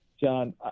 John